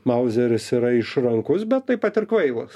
mauzeris yra išrankus bet taip pat ir kvailas